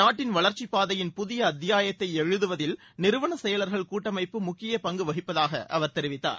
நாட்டின் வளர்ச்சிப் பாதையின் புதிய அத்தியாயத்தை எழுதுவதில் நிறுவன செயலர்கள் கூட்டமைப்பு முக்கிய பங்கு வகிப்பதாக அவர் தெரிவித்தார்